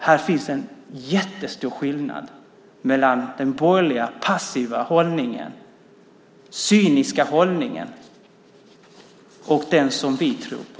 Här finns en jättestor skillnad mellan den borgerliga passiva och cyniska hållningen och den som vi tror på.